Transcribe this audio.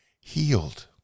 healed